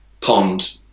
pond